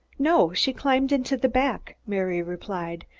no. she climbed into the back, mary replied.